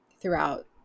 throughout